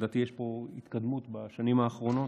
שלדעתי יש בהן התקדמות בשנים האחרונות.